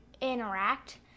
interact